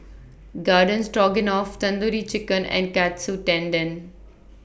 Garden Stroganoff Tandoori Chicken and Katsu Tendon